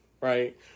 right